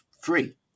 free